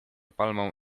palmą